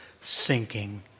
sinking